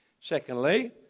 Secondly